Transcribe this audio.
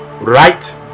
right